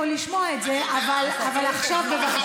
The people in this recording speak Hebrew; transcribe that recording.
אבל זה לא מכבד את הכנסת,